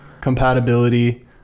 compatibility